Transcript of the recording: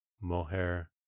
mohair